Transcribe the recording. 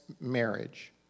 marriage